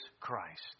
Christ